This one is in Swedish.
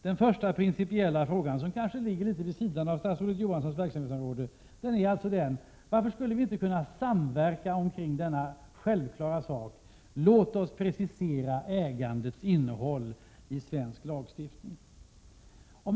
Den första principiella frågan ligger kanske litet vid sidan om statsrådet Johanssons verksamhetsområde och gäller varför vi inte skulle kunna samverka i denna självklara sak. Låt oss precisera äganderättens innehåll i svensk lagstiftning.